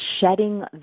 shedding